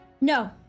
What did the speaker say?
no